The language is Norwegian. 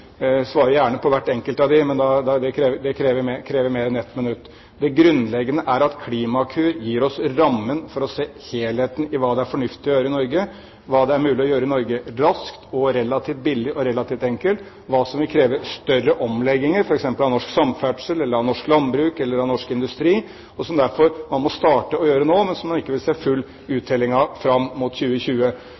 svarer gjerne på hvert enkelt av dem, men det krever mer enn ett minutt. Det grunnleggende er at Klimakur gir oss rammen for å se helheten med tanke på hva som er fornuftig å gjøre i Norge, hva som er mulig å gjøre i Norge raskt, relativt billig og relativt enkelt, hva som vil kreve større omlegginger, f.eks. i norsk samferdsel, norsk landbruk eller i norsk industri, og som man derfor må starte med nå, men som man ikke vil få se full uttelling av, fram mot 2020.